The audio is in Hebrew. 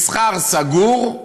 מסחר, סגור,